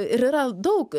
ir yra daug